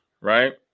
Right